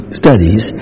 studies